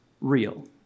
real